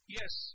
yes